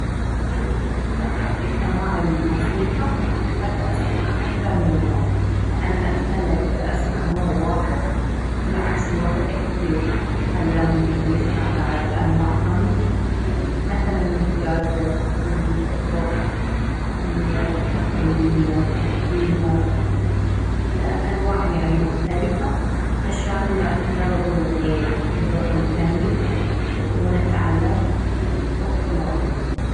اي بالنسبة حق سماع الموسيقى أنا أحب أسمع أكثر من نوع لأن أتملل إذا أسمع نوع واحد بالعكس الواحد يحب يتعلم ويسمع بعد أنواع ثانية مثلا الجاز، الروك، التقليدية اله أنواع يعني مختلفة عشان نرضي يعني الذوق الفني ونتعلم وإطلاع.